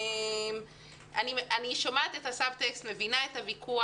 אני שומעת את הסבטקסט, מבינה את הוויכוח.